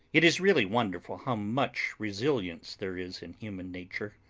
it is really wonderful how much resilience there is in human nature.